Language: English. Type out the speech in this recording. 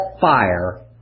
fire